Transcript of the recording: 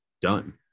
done